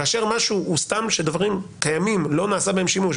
כאשר משהו כזה שדברים קיימים ולא נעשה בהם שימוש,